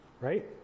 right